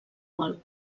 gol